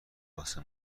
واسه